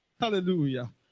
Hallelujah